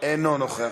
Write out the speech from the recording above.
אינו נוכח.